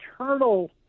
eternal